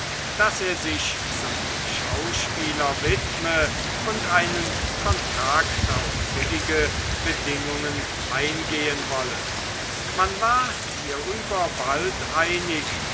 daß er sich zum schauspieler widme und einen kontrakt auf billige bedingungen eingehen wolle man war hierüber bald einig